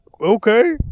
Okay